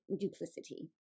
duplicity